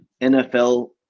NFL